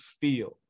feel